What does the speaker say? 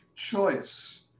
Choice